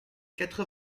quatre